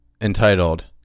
entitled